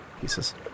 pieces